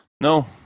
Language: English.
No